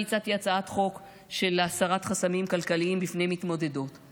אני הצעתי הצעת חוק של הסרת חסמים כלכליים בפני מתמודדות,